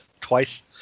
Twice